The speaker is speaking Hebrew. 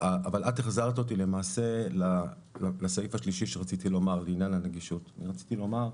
את החזרת אותי לסעיף השלישי שרציתי לומר בעניין הנגישות: אנחנו,